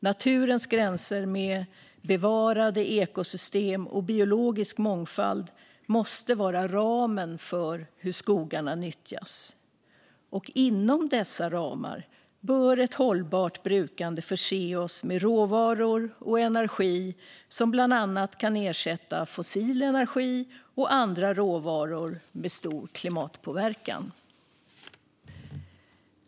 Naturens gränser med bevarade ekosystem och biologisk mångfald måste vara ramen för hur skogarna nyttjas, och inom dessa ramar bör ett hållbart brukande förse oss med råvaror och energi som bland annat kan ersätta fossil energi och andra råvaror med stor klimatpåverkan.